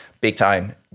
big-time